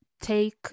take